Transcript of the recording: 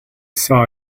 saw